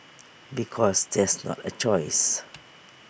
because that's not A choice